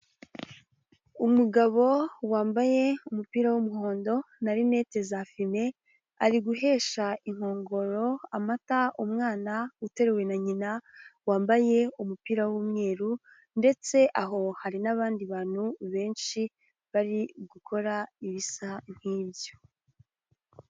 Umugabo wambaye umupira w'umuhondo na rinete za fime, ari guhesha inkongoro amata umwana uteruwe na nyina wambaye umupira w'umweru ndetse aho hari n'abandi bantu benshi bari gukora ibisa nk'ibyo.